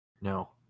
No